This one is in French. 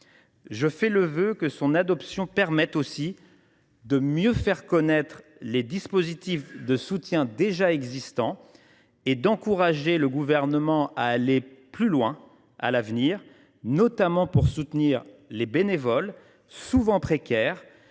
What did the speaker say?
Je forme le vœu que son adoption permette aussi de mieux faire connaître les dispositifs de soutien déjà existants et d’encourager le Gouvernement à aller plus loin à l’avenir, notamment pour soutenir les bénévoles, souvent précaires,